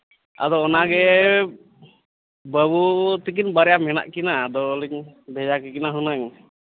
ᱟᱫᱚ ᱚᱱᱟᱜᱮ ᱵᱟᱹᱵᱩ ᱛᱤᱠᱤᱱ ᱵᱟᱨᱭᱟ ᱢᱮᱱᱟᱜ ᱠᱤᱱᱟ ᱟᱫᱚᱞᱤᱧ ᱵᱷᱮᱡᱟ ᱠᱮᱠᱤᱱᱟ ᱦᱩᱱᱟᱹᱝ